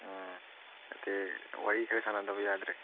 ꯑꯥ ꯅꯠꯇꯦ ꯋꯥꯔꯤ ꯈꯔ ꯁꯥꯟꯅꯗꯕ ꯌꯥꯗ꯭ꯔꯦ